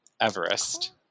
Everest